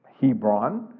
Hebron